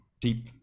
deep